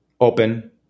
open